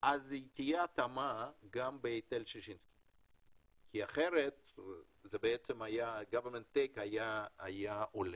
אז תהיה התאמה גם בהיטל ששינסקי כי אחרת ה-government take היה עולה.